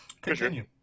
Continue